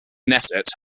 knesset